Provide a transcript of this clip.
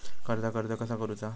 कर्जाक अर्ज कसा करुचा?